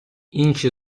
інші